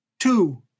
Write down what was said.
Two